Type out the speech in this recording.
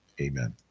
Amen